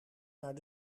naar